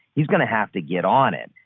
he's going to have to get on it.